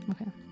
Okay